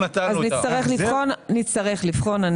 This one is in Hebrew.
אז נצטרך לבחון.